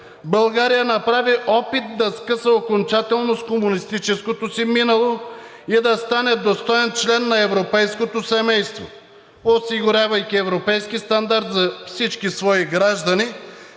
България направи опит да скъса окончателно с комунистическото си минало и да стане достоен член на европейското семейство, осигурявайки европейски стандарт за всички свои граждани,